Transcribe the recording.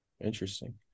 interesting